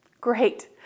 Great